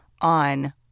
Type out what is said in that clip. on